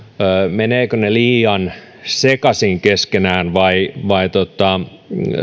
menevätkö ne liian sekaisin keskenään vai